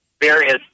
various